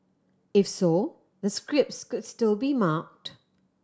if so the scripts could still be marked